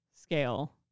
scale